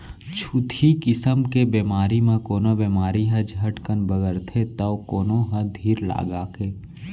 छुतही किसम के बेमारी म कोनो बेमारी ह झटकन बगरथे तौ कोनो ह धीर लगाके